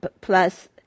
plus